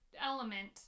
element